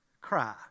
Cry